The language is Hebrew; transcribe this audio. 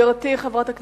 גברתי חברת הכנסת,